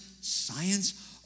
science